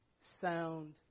sound